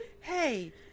hey